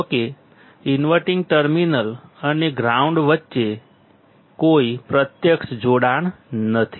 જોકે inverting terminal અને ground વચ્ચે કોઈ પ્રત્યક્ષ જોડાણ નથી